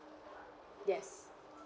yes